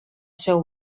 seu